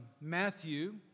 Matthew